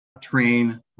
train